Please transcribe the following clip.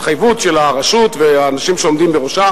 ההתחייבות של הרשות והאנשים שעומדים בראשה.